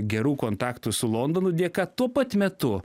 gerų kontaktų su londonu dėka tuo pat metu